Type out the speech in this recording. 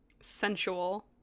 sensual